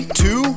two